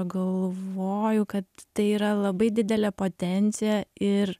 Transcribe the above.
galvoju kad tai yra labai didelė potencija ir